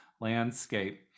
landscape